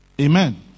Amen